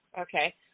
okay